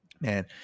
Man